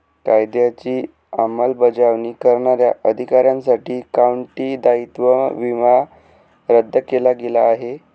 कायद्याची अंमलबजावणी करणाऱ्या अधिकाऱ्यांसाठी काउंटी दायित्व विमा रद्द केला गेला आहे